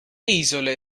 isole